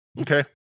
Okay